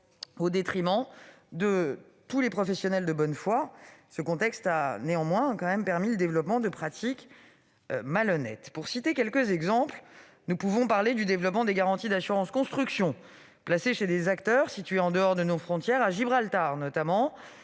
Au détriment de tous les professionnels de bonne foi, un tel contexte a permis le développement de pratiques malhonnêtes. Pour citer quelques exemples, nous pouvons parler du développement des garanties d'assurance construction placées chez des acteurs situés en dehors de nos frontières, à Gibraltar notamment.